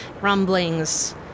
rumblings